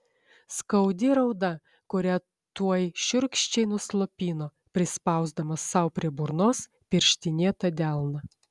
skaudi rauda kurią tuoj šiurkščiai nuslopino prispausdamas sau prie burnos pirštinėtą delną